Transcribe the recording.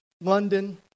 London